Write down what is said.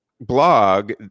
blog